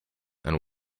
and